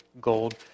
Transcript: gold